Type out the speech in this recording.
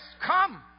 come